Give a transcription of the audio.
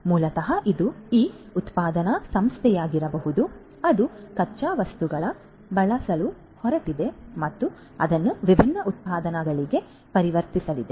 ಆದ್ದರಿಂದ ಮೂಲತಃ ಇದು ಈ ಉತ್ಪಾದನಾ ಸಂಸ್ಥೆಯಾಗಿರಬಹುದು ಅದು ಕಚ್ಚಾ ವಸ್ತುಗಳನ್ನು ಬಳಸಲು ಹೊರಟಿದೆ ಮತ್ತು ಅದನ್ನು ವಿಭಿನ್ನ ಉತ್ಪನ್ನಗಳಾಗಿ ಪರಿವರ್ತಿಸಲಿದೆ